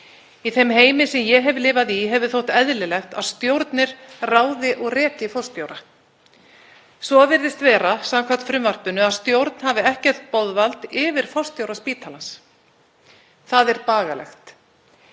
Í þeim heimi sem ég hef lifað í hefur þótt eðlilegt að stjórnir ráði og reki forstjóra. Svo virðist vera, samkvæmt frumvarpinu, að stjórn hafi ekkert boðvald yfir forstjóra spítalans. Það er bagalegt.